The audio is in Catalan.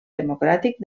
democràtic